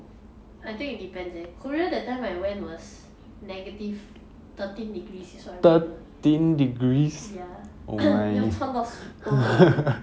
I think it depends eh korea that time I went was negative thirteen degrees is what I remember ya 要穿到 super 厚